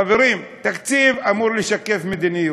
חברים, תקציב אמור לשקף מדיניות.